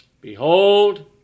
Behold